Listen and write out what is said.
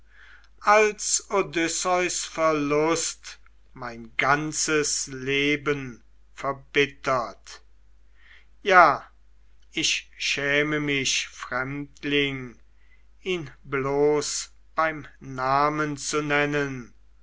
als odysseus verlust mein ganzes leben verbittert ja ich schäme mich fremdling ihn bloß beim namen zu nennen